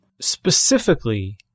Specifically